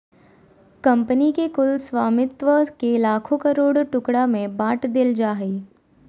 company के कुल स्वामित्व के लाखों करोड़ों टुकड़ा में बाँट देल जाय हइ